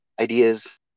ideas